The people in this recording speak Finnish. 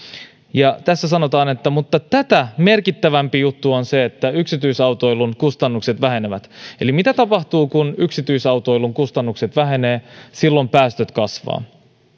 mutta tässä sanotaan että tätä merkittävämpi juttu on se että yksityisautoilun kustannukset vähenevät eli mitä tapahtuu kun yksityisautoilun kustannukset vähenevät silloin päästöt kasvavat